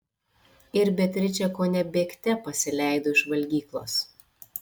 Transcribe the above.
ir beatričė kone bėgte pasileido iš valgyklos